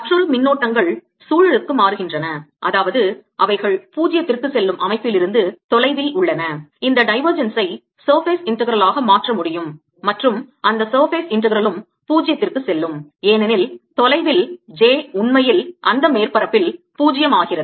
மற்றொரு மின்னோட்டங்கள் சூழலுக்கு மாறுகிறது அதாவது அவைகள் 0 க்கு செல்லும் அமைப்பிலிருந்து தொலைவில் உள்ளன இந்த divergence ஐ surface integral ஆக மாற்ற முடியும் மற்றும் அந்த surface integral ம் பூஜ்ஜியத்திற்கு செல்லும் ஏனெனில் தொலைவில் j உண்மையில் அந்த மேற்பரப்பில் 0 ஆகிறது